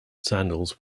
scandals